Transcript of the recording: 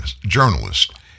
journalist